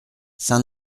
saint